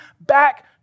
back